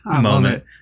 moment